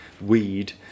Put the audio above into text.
weed